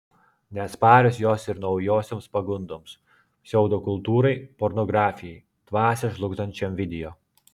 neatsparios jos ir naujosioms pagundoms pseudokultūrai pornografijai dvasią žlugdančiam video